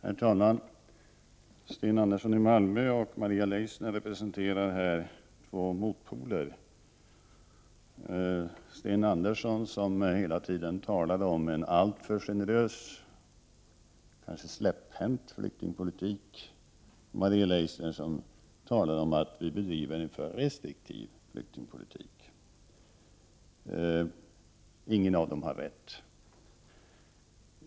Herr talman! Sten Andersson i Malmö och Maria Leissner representerar i detta sammanhang två motpoler. Sten Andersson talar hela tiden om en alltför generös, kanske slapphänt, flyktingpolitik. Maria Leissner talar om att vi bedriver en för restriktiv flyktingpolitik. Ingen av dem har rätt.